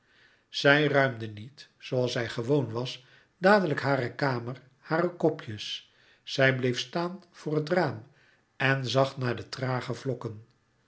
zij ruimde niet als zij gewoon was dadelijk hare kamer hare kopjes zij bleef staan voor het raam en zag naar de trage vlokken